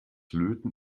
löten